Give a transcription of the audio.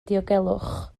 diogelwch